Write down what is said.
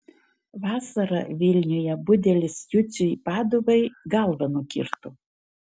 vasarą vilniuje budelis juciui paduvai galvą nukirto